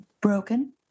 broken